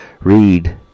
read